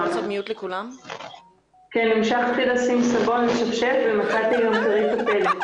לבחון את הבקשה על כל השיקולים שקבועים בפקודת היערות.